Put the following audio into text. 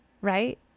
right